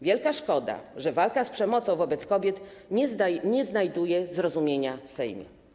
Wielka szkoda, że walka z przemocą wobec kobiet nie znajduje zrozumienia w Sejmie.